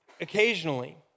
occasionally